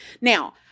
Now